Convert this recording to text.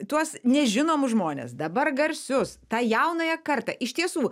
tuos nežinomus žmones dabar garsius tą jaunąją kartą iš tiesų